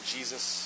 Jesus